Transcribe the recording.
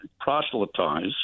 proselytize